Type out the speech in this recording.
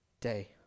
day